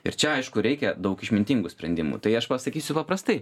ir čia aišku reikia daug išmintingų sprendimų tai aš pasakysiu paprastai